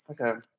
Okay